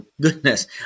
Goodness